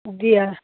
দিয়া